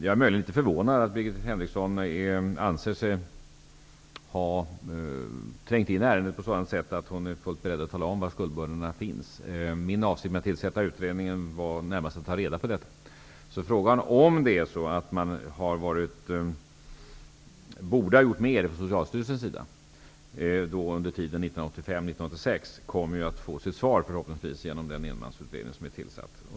Jag är möjligen litet förvånad över att Birgit Henriksson anser sig ha trängt in i ärendet på sådant sätt att hon är beredd att tala om var skuldbördorna finns. Min avsikt med att tillsätta utredningen var närmast att ta reda på detta. Frågan om huruvida det är så att man borde ha gjort mer från Socialstyrelsens sida under tiden 1985--1986 kommer ju förhoppningsvis att få sitt svar genom den enmansutredning som är tillsatt.